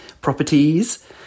properties